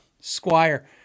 Squire